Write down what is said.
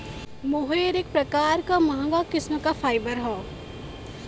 मोहेर एक प्रकार क महंगा किस्म क फाइबर हौ